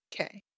Okay